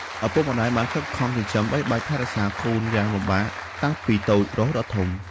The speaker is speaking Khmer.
ឪពុកម្តាយបានខិតខំចិញ្ចឹមបីបាច់ថែរក្សាកូនយ៉ាងលំបាក តាំងពីតូចរហូតដល់ធំ។